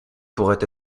pourraient